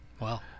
Wow